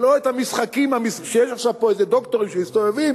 ולא את המשחקים של הדוקטורים שמסתובבים